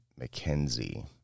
McKenzie